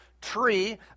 tree